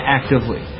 actively